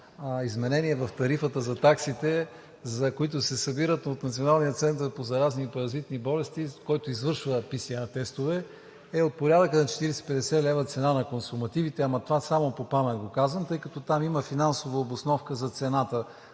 изменение в тарифата за таксите, които се събират от Националния център по заразни и паразитни болести, който извършва PСR тестове, е от порядъка на 40 – 50 лв. цена на консумативите, ама това само по памет го казвам, тъй като там има финансова обосновка за цената.